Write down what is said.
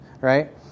right